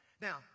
Now